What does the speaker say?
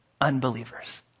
Unbelievers